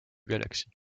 galaxies